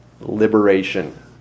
liberation